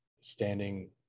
standing